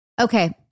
Okay